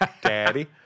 daddy